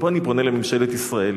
ופה אני פונה לממשלת ישראל.